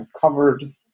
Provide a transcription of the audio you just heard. covered